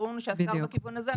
ברור לנו שהשר בכיוון הזה.